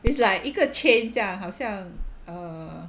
it's like 一个 chain 这样好像 err